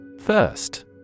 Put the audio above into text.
First